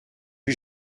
vue